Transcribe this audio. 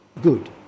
good